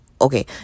okay